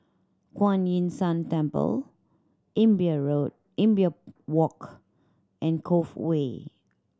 Kuan Yin San Temple Imbiah Road Imbiah Walk and Cove Way